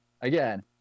again